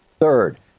Third